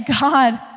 God